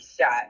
shot